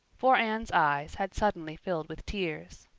for anne's eyes had suddenly filled with tears.